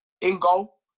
In-goal